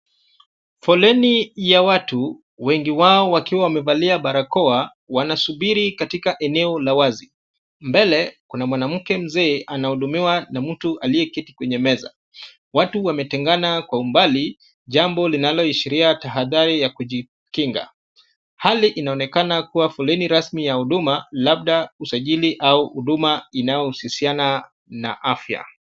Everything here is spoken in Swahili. Foleni ya watu, wengi wao wakiwa wamevaa barakoa, wanasubiri katika eneo la wazi. Mbele kuna mwanamke mzee anahudimiwa na mtu aliyeketi kwenye meza. Watu wametetengana kwa mbali jambo linaloishiria tahadhari ya kujikinga. Hali inaonekana kuwa foleni rasmi ya huduma labda usajili au huduma inayosusiana na afya.